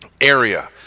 area